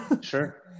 sure